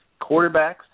quarterbacks